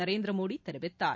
நரேந்திரமோடி தெரிவித்தார்